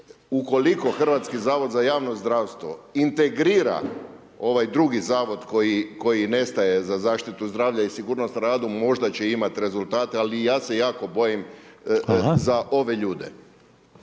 ukoliko Hrvatski zavod za javno zdravstvo integrira ovaj drugi Zavod, koji nestaje, za zaštitu zdravlja i sigurnost na radu, možda će imati rezultate, ali ja se jako bojim za ove ljude.